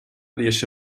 riesce